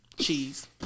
Cheese